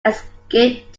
escape